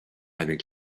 avec